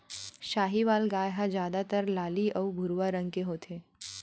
साहीवाल गाय ह जादातर लाली अउ भूरवा रंग के होथे